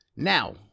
now